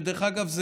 ודרך אגב,